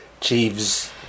Chiefs